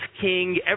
king